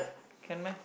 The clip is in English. can meh